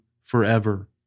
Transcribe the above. forever